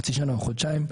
חצי שנה או חודשיים.